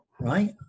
right